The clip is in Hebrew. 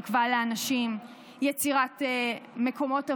תקווה לאנשים, יצירת מקומות עבודה,